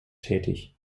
tätig